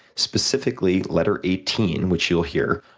specifically letter eighteen, which you'll hear,